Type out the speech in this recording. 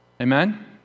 Amen